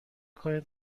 کنید